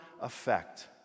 effect